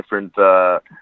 different